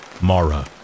Mara